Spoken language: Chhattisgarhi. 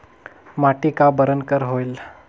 माटी का बरन कर होयल?